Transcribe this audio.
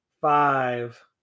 five